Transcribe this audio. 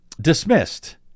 dismissed